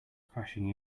crashing